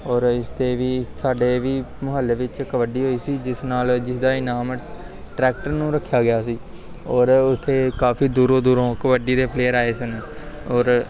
ਔਰ ਇਸਦੇ ਵੀ ਸਾਡੇ ਵੀ ਮੁਹੱਲੇ ਵਿੱਚ ਕਬੱਡੀ ਹੋਈ ਸੀ ਜਿਸ ਨਾਲ ਜਿਸਦਾ ਇਨਾਮ ਟਰੈਕਟਰ ਨੂੰ ਰੱਖਿਆ ਗਿਆ ਸੀ ਔਰ ਉੱਥੇ ਕਾਫ਼ੀ ਦੂਰੋਂ ਦੂਰੋਂ ਕਬੱਡੀ ਦੇ ਪਲੇਅਰ ਆਏ ਸਨ ਔਰ